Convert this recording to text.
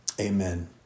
Amen